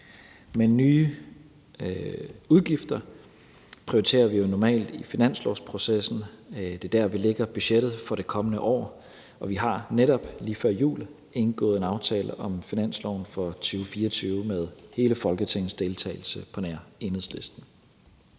Men nye udgifter prioriterer vi jo normalt i finanslovsprocessen – det er der, vi lægger budgettet for det kommende år – og vi har netop lige før jul indgået en aftale om finansloven for 2024 med hele Folketingets deltagelse på nær Enhedslisten.